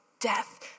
death